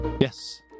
Yes